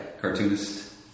Cartoonist